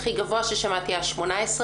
והכי גבוה ששמעתי היה 18,000,